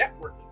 networking